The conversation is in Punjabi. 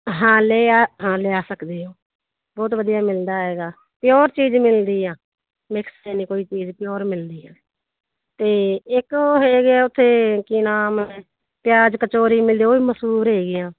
ਹਾਂ ਲਿਆ ਹਾਂ ਲਿਆ ਸਕਦੇ ਹੋ ਬਹੁਤ ਵਧੀਆ ਮਿਲਦਾ ਹੈਗਾ ਪਿਓਰ ਚੀਜ਼ ਮਿਲਦੀ ਆ ਮਿਕਸ ਅਤੇ ਨਹੀਂ ਕੋਈ ਚੀਜ਼ ਪਿਓਰ ਮਿਲਦੀ ਹੈ ਅਤੇ ਇੱਕ ਹੈਗੇ ਹੈ ਉੱਥੇ ਕੀ ਨਾਮ ਪਿਆਜ਼ ਕਚੋਰੀ ਮਿਲਦੀ ਉਹ ਵੀ ਮਸੂਰ ਹੈਗੀ ਆ